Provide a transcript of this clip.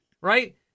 right